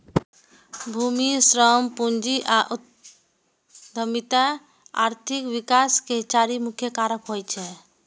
भूमि, श्रम, पूंजी आ उद्यमिता आर्थिक विकास के चारि मुख्य कारक होइ छै